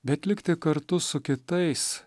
bet likti kartu su kitais